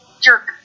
jerk